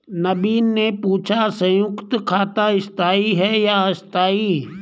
नवीन ने पूछा संयुक्त खाता स्थाई है या अस्थाई